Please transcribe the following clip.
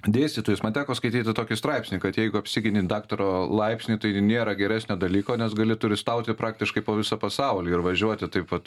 dėstytojus man teko skaityti tokį straipsnį kad jeigu apsigini daktaro laipsnį tai nėra geresnio dalyko nes gali turistauti praktiškai po visą pasaulį ir važiuoti taip vat